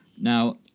Now